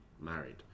married